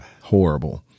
Horrible